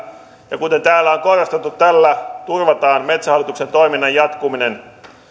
ja kuten täällä on korostettu tällä turvataan metsähallituksen toiminnan jatkuminen